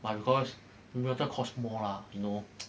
but because mineral water cost more lah you know